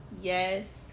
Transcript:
yes